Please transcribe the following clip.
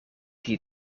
hier